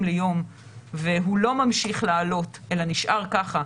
ליום והוא לא ממשיך לעלות אלא נשאר ככה,